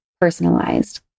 personalized